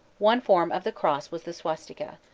one form of the cross was the swastika.